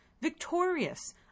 victorious